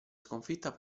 sconfitta